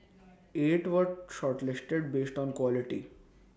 eight were shortlisted based on quality